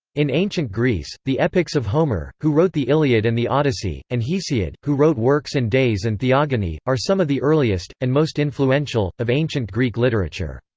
in ancient greece, the epics of homer, who wrote the iliad and the odyssey, and hesiod, who wrote works and days and theogony, are some of the earliest, and most influential, of ancient greek literature.